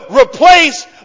replace